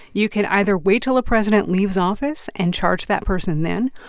you can either wait until a president leaves office and charge that person then.